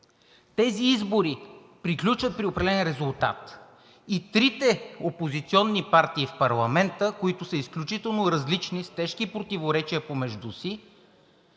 Тези избори приключват при определен резултат и трите опозиционни партии в парламента, които са изключително различни, с тежки противоречия помежду си,